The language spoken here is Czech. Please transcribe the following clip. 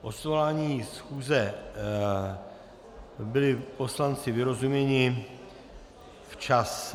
O svolání schůze byli poslanci vyrozuměni včas.